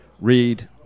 read